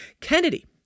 Kennedy